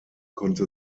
konnte